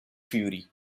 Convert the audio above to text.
fury